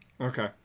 Okay